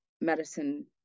medicine